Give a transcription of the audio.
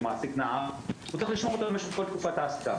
מעסיק נער הוא צריך לשמור את זה למשך כל תקופת ההעסקה.